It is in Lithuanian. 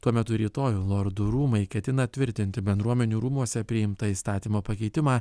tuo metu rytoj lordų rūmai ketina tvirtinti bendruomenių rūmuose priimtą įstatymo pakeitimą